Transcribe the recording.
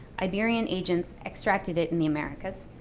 iberian agents extracted it in the americas,